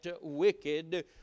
wicked